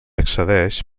accedeix